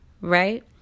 Right